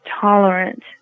tolerant